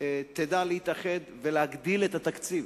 תדע להתאחד ולהגדיל את התקציב.